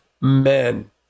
men